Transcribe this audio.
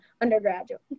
undergraduate